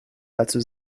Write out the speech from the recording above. dazu